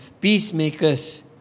peacemakers